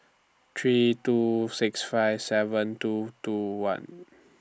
three two six five seven two two one